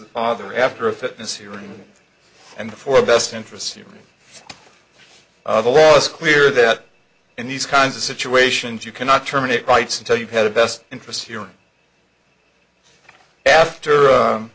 a father after a fitness hearing and for best interests you the law is clear that in these kinds of situations you cannot terminate rights until you've had a best interest hearing after